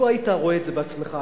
לו היית רואה את זה בעצמך,